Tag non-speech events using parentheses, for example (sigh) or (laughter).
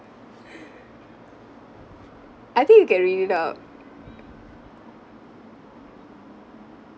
(breath) I think you can read it out